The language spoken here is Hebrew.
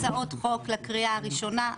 הצעות חוק לקריאה הראשונה,